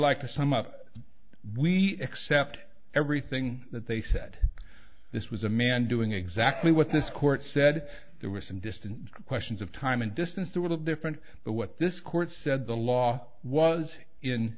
like to sum up we accept everything that they said this was a man doing exactly what this court said there were some distant questions of time and distance they would have different but what this court said the law was